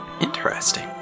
Interesting